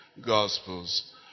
Gospels